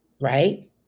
right